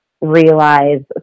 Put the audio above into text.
realize